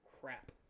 crap